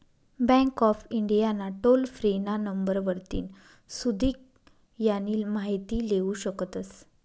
bank of India ना toll free ना number वरतीन सुदीक यानी माहिती लेवू शकतस